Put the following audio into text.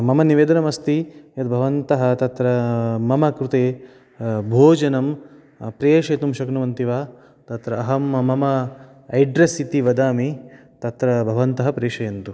मम निवेदनम् अस्ति यत् भवन्तः तत्र मम कृते भोजनं प्रेषयितुं शक्नुवन्ति वा तत्र अहं मम एड्रेस् इति वदामि तत्र भवन्तः प्रेषयन्तु